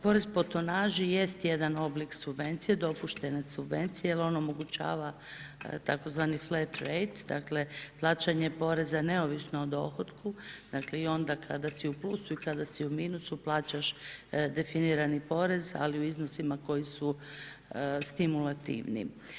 Porez po tonaži jest jedan oblik subvencije, dopuštene subvencije jer on omogućava tzv. … dakle plaćanje poreza neovisno o dohotku dakle i onda kada si tu plusu i kada si u minusu plaćaš definirani porez, ali u iznosima koji su stimulativni.